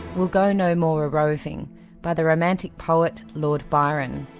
we'll go no more a-roving by the romantic poet, lord byron.